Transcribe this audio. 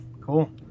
Cool